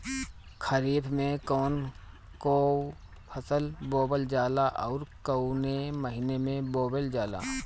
खरिफ में कौन कौं फसल बोवल जाला अउर काउने महीने में बोवेल जाला?